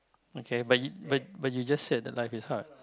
okay but you but but you just said that life is hard